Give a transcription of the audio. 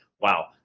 wow